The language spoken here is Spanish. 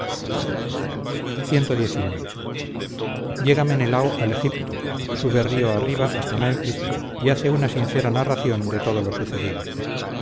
proteo cxix llega menelao al egipto sube río arriba hasta menfis y hace una sincera narración de todo lo sucedido